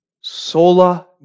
sola